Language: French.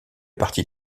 parti